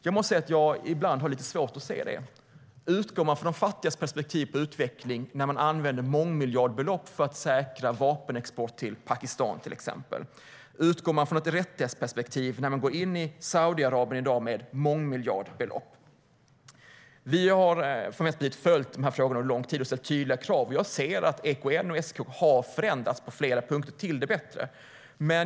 Jag har ibland lite svårt att se det. Utgår man från de fattigas perspektiv på utveckling när man använder mångmiljardbelopp för att till exempel säkra vapenexport till Pakistan? Utgår man från ett rättighetsperspektiv när man i dag går in i Saudiarabien med mångmiljardbelopp? Vi från Vänsterpartiet har följt dessa frågor under lång tid och ställt tydliga krav. Jag ser att EKN och SEK har förändrats till det bättre på flera punkter.